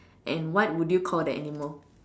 and what would you call the animal